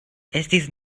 estis